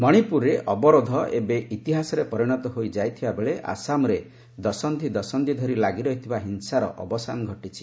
ମଣିପୁରରେ ଅବରୋଧ ଏବେ ଇତିହାସରେ ପରିଣତ ହୋଇଯାଇଥିବା ବେଳେ ଆସାମରେ ଦଶନ୍ଧି ଦଶନ୍ଧି ଧରି ଲାଗିରହିଥିବା ହିଂସାର ଅବସାନ ଘଟିଛି